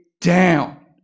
down